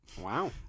Wow